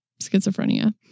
schizophrenia